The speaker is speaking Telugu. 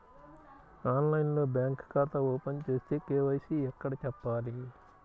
ఆన్లైన్లో బ్యాంకు ఖాతా ఓపెన్ చేస్తే, కే.వై.సి ఎక్కడ చెప్పాలి?